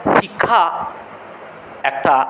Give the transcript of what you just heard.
শিক্ষা একটা